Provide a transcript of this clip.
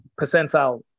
percentile